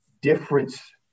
difference